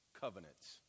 covenants